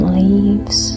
leaves